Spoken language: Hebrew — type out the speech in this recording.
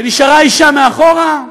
כשנשארה האישה מאחורה,